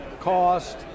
cost